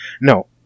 No